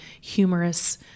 humorous